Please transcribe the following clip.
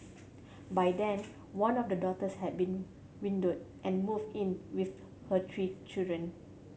by then one of the daughters had been widowed and moved in with her three children